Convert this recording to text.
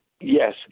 Yes